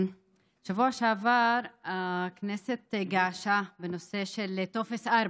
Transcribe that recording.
בשבוע שעבר הכנסת געשה בנושא טופס 4,